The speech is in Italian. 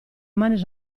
mani